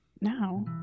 now